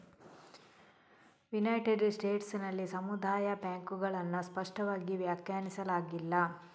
United States ನಲ್ಲಿ ಸಮುದಾಯ ಬ್ಯಾಂಕುಗಳನ್ನು ಸ್ಪಷ್ಟವಾಗಿ ವ್ಯಾಖ್ಯಾನಿಸಲಾಗಿಲ್ಲ